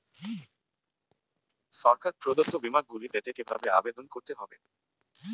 সরকার প্রদত্ত বিমা গুলি পেতে কিভাবে আবেদন করতে হবে?